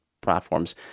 platforms